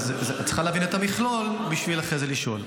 את צריכה להבין את המכלול כדי אחרי זה לשאול.